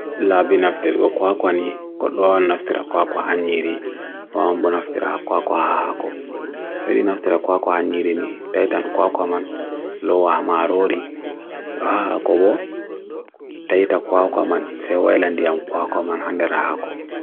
Penguin ɓe heɓi ngal jangoɗe. Ko penguin ko hayre, njama foore a hokka ɓe haɓre foore rewe e nder. Hokkita puccu wulorɗe, nyamu puccu doo?